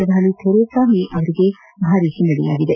ಪ್ರಧಾನಿ Theresa May ಅವರಿಗೆ ಭಾರಿ ಹಿನ್ನಡೆಯಾಗಿದೆ